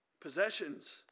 Possessions